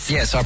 Yes